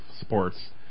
Sports